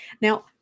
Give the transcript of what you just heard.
Now